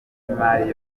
imari